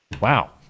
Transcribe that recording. wow